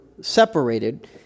separated